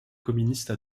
communistes